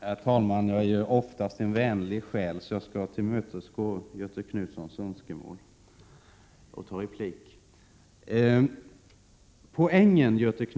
Herr talman! Jag är oftast en vänlig själ och skall därför tillmötesgå Göthe Knutsons önskemål och gå upp i en replik.